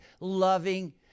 loving